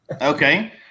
Okay